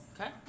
Okay